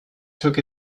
took